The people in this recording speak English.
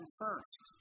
first